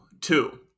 two